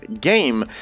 game